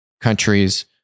countries